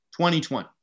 2020